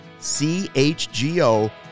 CHGO